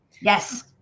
Yes